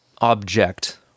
object